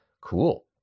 cool